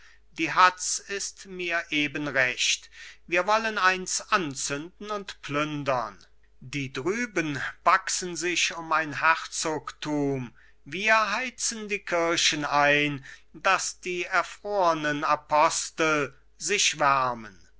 die hatz ist mir eben recht wir wollen eins anzünden und plündern die drüben baxen sich um ein herzogtum wir heizen die kirchen ein daß die erfrornen apostel sich wärmen